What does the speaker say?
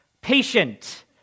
patient